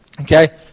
Okay